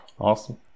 awesome